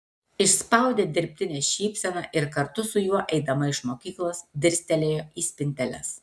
išspaudė dirbtinę šypseną ir kartu su juo eidama iš mokyklos dirstelėjo į spinteles